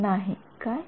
हा नाही काय